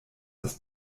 das